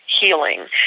healing